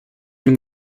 ihm